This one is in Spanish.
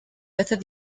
veces